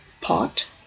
pot